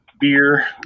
beer